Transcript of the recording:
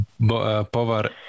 Povar